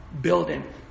building